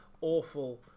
awful